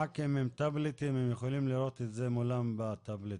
הח"כים עם טאבלטים ויכולים לראות את המצגת מולם בטאבלטים.